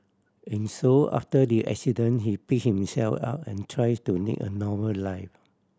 and so after the accident he pick himself up and tries to lead a normal life